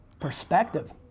Perspective